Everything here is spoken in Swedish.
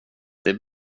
det